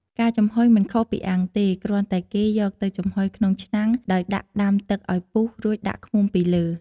ការចំហុយមិនខុសពីអាំងទេ គ្រាន់តែគេយកទៅចំហុយក្នុងឆ្នាំងដោយដាក់ដាំទឹកឱ្យពុះរួចដាក់ឃ្មុំពីលើ។